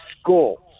school